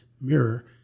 mirror